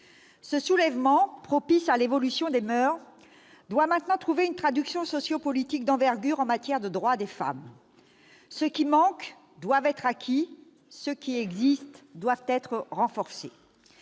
Ce soulèvement, propice à l'évolution des moeurs, doit maintenant trouver une traduction sociopolitique d'envergure en matière de droits des femmes : ceux qui manquent doivent être acquis, ceux qui existent doivent être renforcés.